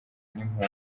n’impunzi